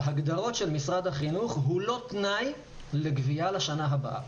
בהגדרות של משרד החינוך הוא לא תנאי לגבייה לשנה הבאה.